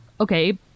okay